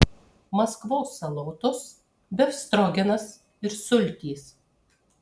maskvos salotos befstrogenas ir sultys